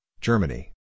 Germany